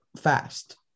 fast